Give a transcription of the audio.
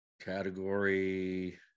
Category